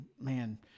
man